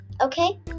okay